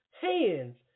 hands